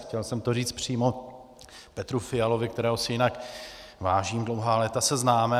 Chtěl jsem to říct přímo Petru Fialovi, kterého si jinak vážím, dlouhá léta se známe.